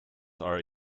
are